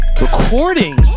recording